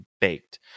baked